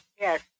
yes